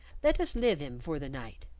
let us live im for the night,